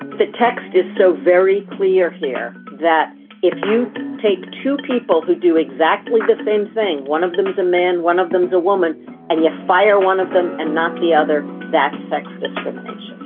the text is so very clear here that if you take two people who do exactly the same thing one of them is a man one of them's a woman and you fire one of them and not the other. that's sex discrimination